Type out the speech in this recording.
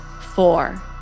four